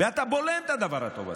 אתה בולם את הדבר הטוב הזה.